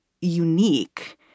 unique